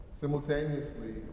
Simultaneously